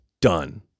done